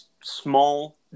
small